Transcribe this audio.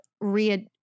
read